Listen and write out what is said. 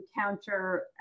counter